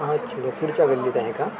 अच्छा पुढच्या गल्लीत आहे का